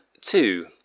two